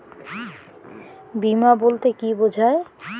বিমা বলতে কি বোঝায়?